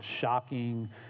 shocking